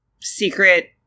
secret